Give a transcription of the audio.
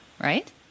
right